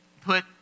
put